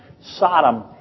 Sodom